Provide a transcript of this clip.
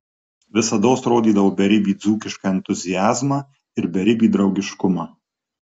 visados rodydavo beribį dzūkišką entuziazmą ir beribį draugiškumą